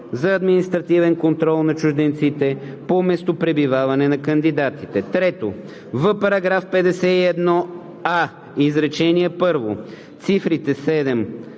за административен контрол на чужденците по местопребиваване на кандидатите.“ 3. В § 51а, изречение първо цифрите „7,